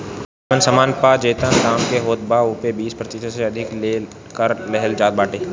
जवन सामान पअ जेतना दाम के होत बा ओपे बीस प्रतिशत से अधिका ले कर लेहल जात बाटे